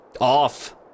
Off